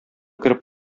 кереп